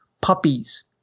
puppies